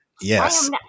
Yes